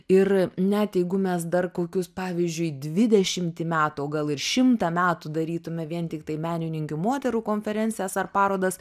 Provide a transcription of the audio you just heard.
ir net jeigu mes dar kokius pavyzdžiui dvidešimtį metų o gal ir šimtą metų darytume vien tiktai menininkių moterų konferencijas ar parodas